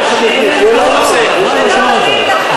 זה לא מתאים לך.